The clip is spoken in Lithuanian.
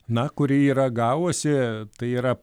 na kuri yra gavusi tai yra